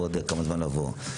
ועוד כמה זמן לבוא.